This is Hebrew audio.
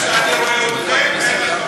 אני אומר לך, איך שאני רואה אתכם, אין גבול.